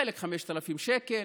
חלק 5,000 שקל.